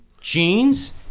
jeans